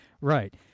right